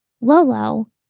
Lolo